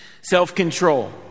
Self-control